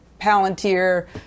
Palantir